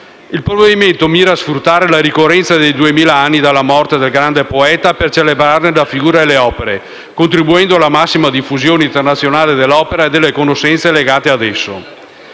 Il provvedimento mira a sfruttare la ricorrenza dei duemila anni dalla morte del grande poeta per celebrarne la figura e le opere, contribuendo alla massima diffusione internazionale dell'opera e delle conoscenze legate ad esso.